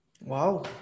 Wow